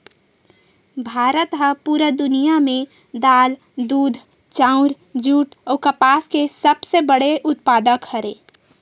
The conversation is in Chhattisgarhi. भारत हा पूरा दुनिया में दाल, दूध, चाउर, जुट अउ कपास के सबसे बड़े उत्पादक हरे